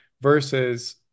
versus